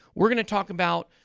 we're going to talk about